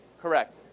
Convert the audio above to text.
Correct